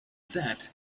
that